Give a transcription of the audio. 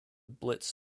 blitz